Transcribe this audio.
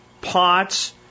pots